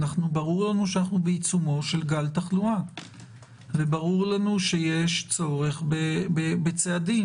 ברור לנו שאנחנו בעיצומו של גל תחלואה וברור לנו שיש צורך בצעדים.